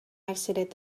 exited